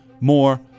more